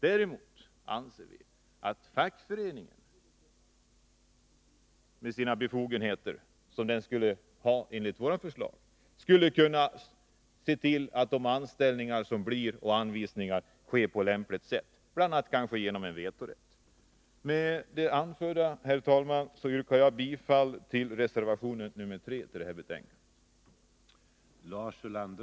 Däremot anser vi att fackföreningen, med de befogenheter som den skulle ha enligt våra förslag, skulle kunna se till — kanske bl.a. genom vetorätt — att anvisningar till anställningar sker på lämpligt sätt. Med det anförda, herr talman, yrkar jag bifall till reservationen 3, som är fogad till utskottets betänkande.